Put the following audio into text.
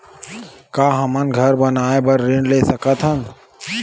का हमन घर बनाए बार ऋण ले सकत हन?